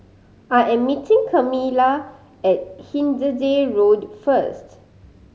I am meeting Camila at Hindhede Road first